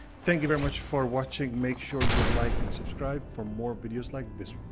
thank you very much for watching. make sure you like and subscribe for more videos like this